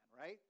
right